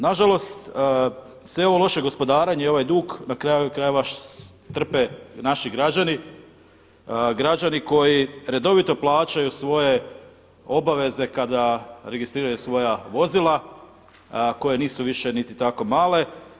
Na žalost sve ovo loše gospodarenje i ovaj dug na kraju krajeva trpe naši građani, građani koji redovito plaćaju svoje obaveze kada registriraju svoja vozila koje nisu više niti tako male.